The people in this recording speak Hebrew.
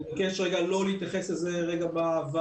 אני מבקש לא להתייחס לזה בוועדה,